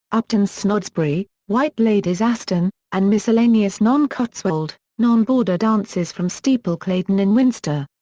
upton snodsbury, white ladies aston, and miscellaneous non-cotswold, non-border dances from steeple claydon and winster.